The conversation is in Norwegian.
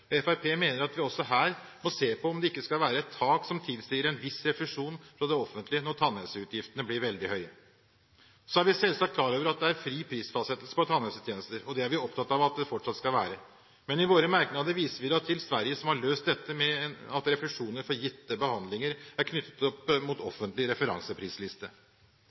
mener at vi også her må se på om det ikke skal være et tak som tilsier en viss refusjon fra det offentlige når tannhelseutgiftene blir veldig høye. Så er vi selvsagt klar over at det er fri prisfastsettelse på tannhelsetjenester, og det er vi opptatt av at det fortsatt skal være. Men i våre merknader viser vi da til Sverige som har løst dette med at refusjoner for gitte behandlinger er knyttet opp mot en offentlig referanseprisliste.